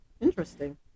Interesting